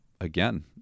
again